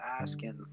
asking